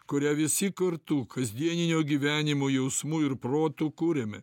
kurią visi kartu kasdienio gyvenimo jausmu ir protu kuriame